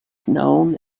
known